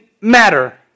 matter